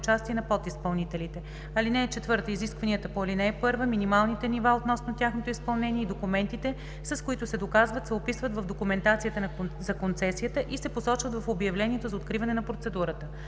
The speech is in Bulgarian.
подизпълнителите. (4) Изискванията по ал. 1, минималните нива относно тяхното изпълнение и документите, с които се доказват, се описват в документацията за концесията и се посочват в обявлението за откриване на процедурата.“